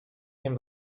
came